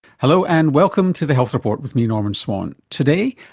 hello, and welcome to the health report, with me norman swan. today,